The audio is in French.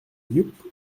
yupp